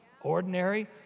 Ordinary